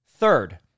Third